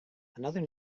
another